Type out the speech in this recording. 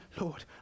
Lord